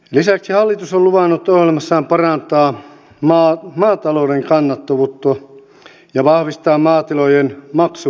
lisäksi hallitus on luvannut ohjelmassaan parantaa maatalouden kannattavuutta ja vahvistaa maatilojen maksuvalmiutta